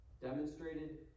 Demonstrated